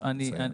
לסיים.